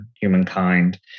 humankind